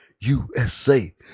USA